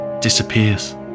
disappears